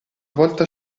volta